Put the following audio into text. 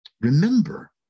remember